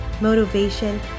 motivation